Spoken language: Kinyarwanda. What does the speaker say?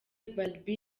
barbie